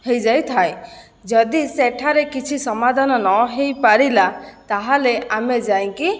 ହୋଇଯାଇଥାଏ ଯଦି ସେଠାରେ କିଛି ସମାଧାନ ନ ହୋଇପାରିଲା ତାହେଲେ ଆମେ ଯାଇଁକି